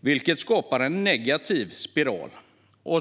vilket skapar en negativ spiral.